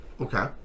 Okay